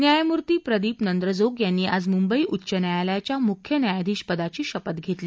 न्यायमूर्ती प्रदीप नंद्रजोग यांनी आज मुंबई उच्च न्यायालयाच्या मुख्य न्यायाधीश पदाची शपथ घेतली